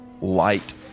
light